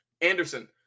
Anderson